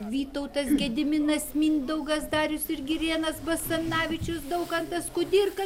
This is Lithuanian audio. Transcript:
vytautas gediminas mindaugas darius ir girėnas basanavičius daukantas kudirka